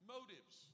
Motives